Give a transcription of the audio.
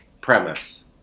premise